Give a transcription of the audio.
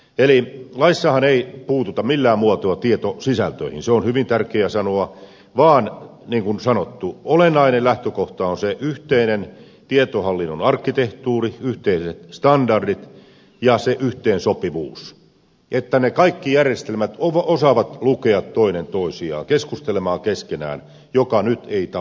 eli laissahan ei puututa millään muotoa tietosisältöihin se on hyvin tärkeää sanoa vaan niin kuin sanottu olennainen lähtökohta on se yhteinen tietohallinnon arkkitehtuuri yhteiset standardit ja se yhteensopivuus että ne kaikki järjestelmät osaavat lukea toinen toisiaan keskustella keskenään mitä nyt ei tapahdu